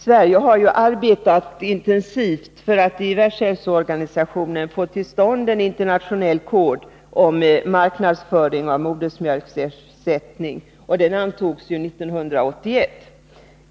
Sverige har arbetat intensivt för att i Världshälsoorganisationen få till stånd en internationell kod för marknadsföring av modersmjölksersättning, och en sådan antogs 1981.